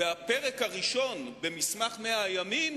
והפרק הראשון במסמך 100 הימים